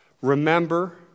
remember